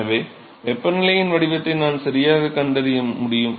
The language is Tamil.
எனவே வெப்பநிலையின் வடிவத்தை நான் சரியாகக் கண்டறிய முடியும்